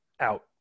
Out